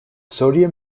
sodium